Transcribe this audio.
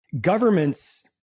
Governments